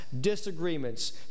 disagreements